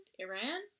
Iran